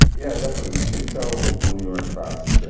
yeah, definitely. you can tell when you run fast and train.